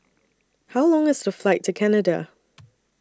How Long IS The Flight to Canada